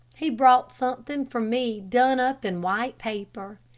he brought something for me done up in white paper.